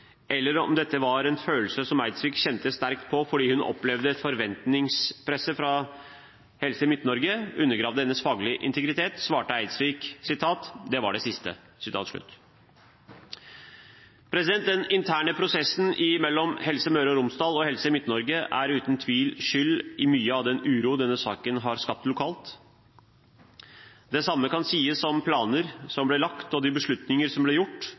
eller om dette var en følelse som Eidsvik kjente sterkt på fordi hun opplevde at forventningspresset fra Helse Midt-Norge undergravde hennes faglige integritet, svarte Eidsvik: «Det var det siste.» Den interne prosessen mellom Helse Møre og Romsdal og Helse Midt-Norge er uten tvil skyld i mye av den uro denne saken har skapt lokalt. Det samme kan sies om de planer som ble lagt, og de beslutninger som ble gjort,